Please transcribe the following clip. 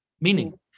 Meaning